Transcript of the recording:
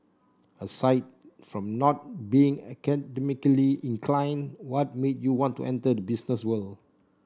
aside from not being academically inclined what made you want to enter the business world